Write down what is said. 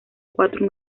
cuatro